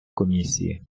комісії